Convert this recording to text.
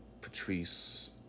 Patrice